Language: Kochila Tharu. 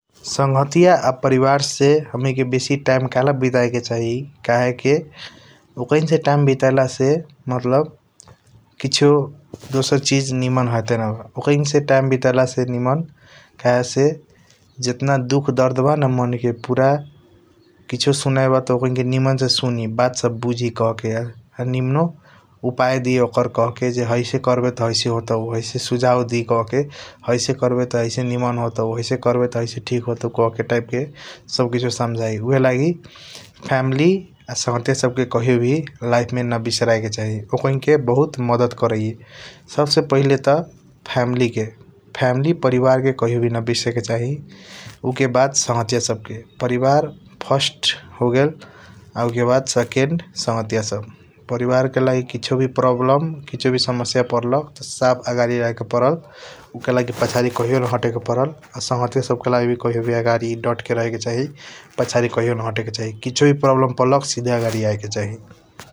संघटिया आ परिवार से हमणिके बेसी टाइम कहेल बिताया क चाही । कहेके ओकैन्से टाइम बितायला से मतलब किसियों दोसार चीज निमन हेटेनब । ओकैना से टाइम बीटीयला से निमन कहेसे जताना दुख दर्द बा न मान के पूरा किसियों सुनबा ओकैनके निमन से सुनी बात सब बुझी । आ निमनू उपाया दी ओकर कहके हाइसे करएबे त हाइसे होताऊ । हैसे सुझाउ दी हाइसे कार्बे त हाइसे निमन होई हाइसे कार्बे त ठीक होताऊ । टाइप के सब किसियों समझाई उहएलगी फॅमिली आ संघटिया सब के कहियों वे फाइल मे न बिसरायके चाही ओकैनके बहुत मदत करिए । सब से पहिले त फॅमिली आ परिवार क कहियों न बिरसे के चाही उ के बाद संघटिया सब के परिवार फर्स्ट होगेल उ क बात सेकिन्ड संघटिया सब के । परिवार क लागि किसियों वी प्रॉब्लेम किसियों समसाय परलख साफ आगड़ी रहेके परलख कहियों वी पसादी न हटे के परलख । संघटिया सब के वी लागि कहियों वी आगड़ी डट रहेके चाही पसादी कहियों न हटे के चाही किसियों वी प्रॉब्लेम परलख सीधे आगड़ी आयके चाही ।